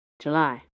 July